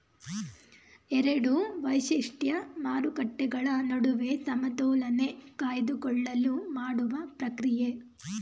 ಎರಡು ವೈಶಿಷ್ಟ್ಯ ಮಾರುಕಟ್ಟೆಗಳ ನಡುವೆ ಸಮತೋಲನೆ ಕಾಯ್ದುಕೊಳ್ಳಲು ಮಾಡುವ ಪ್ರಕ್ರಿಯೆ